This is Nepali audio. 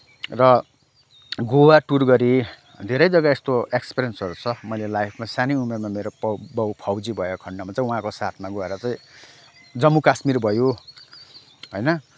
र गोवा टुर गरेँ धेरै जग्गा यस्तो एक्सपिरियन्सहरू छ मैले लाइफमा सानै उमेरमा बाउ फौजी भएको खन्डमा चाहिँ उहाँको साथमा गएर चाहिँ जम्मू कश्मीर भयो होइन